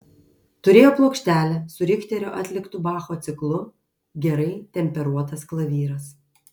turėjo plokštelę su richterio atliktu bacho ciklu gerai temperuotas klavyras